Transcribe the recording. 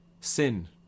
Sin